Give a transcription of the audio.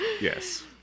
Yes